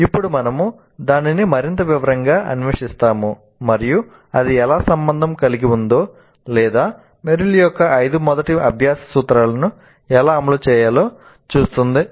ఇప్పుడు మనము దానిని మరింత వివరంగా అన్వేషిస్తాము మరియు అది ఎలా సంబంధం కలిగి ఉందో లేదా మెర్రిల్ యొక్క ఐదు మొదటి అభ్యాస సూత్రాలను ఎలా అమలు చేస్తుందో చూద్దాం